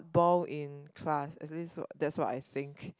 ball in class at least what that's what I think